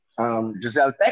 Giselle